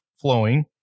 flowing